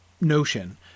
notion